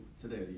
today